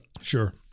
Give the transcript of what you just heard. Sure